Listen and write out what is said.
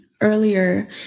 earlier